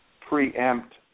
preempt